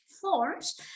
forms